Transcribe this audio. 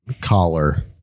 collar